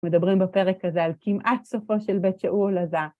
מדברים בפרק הזה על כמעט סופו של בית שאול אז ה